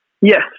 Yes